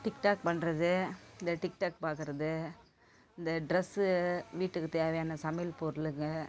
TikTok பண்ணுறது இந்த TikTok பார்க்கறது இந்த ட்ரெஸ்ஸு வீட்டுக்கு தேவையான சமையல் பொருளுங்கள்